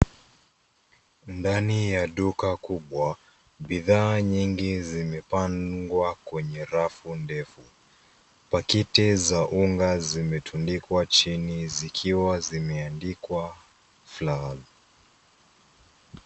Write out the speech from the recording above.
Ndani ya duka kubwa bidhaa nyingi zimepandwa kwenye rafu ndefu. Pakiti za unga zimetundikwa chini zikiwa zimeandikwa flour .